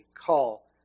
call